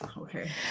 Okay